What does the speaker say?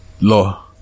law